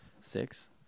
Six